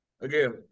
again